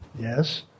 Yes